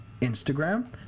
Instagram